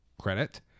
credit